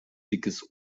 dickes